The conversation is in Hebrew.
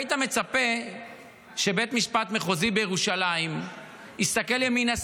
היית מצפה שבית המשפט המחוזי בירושלים יסתכל ימינה,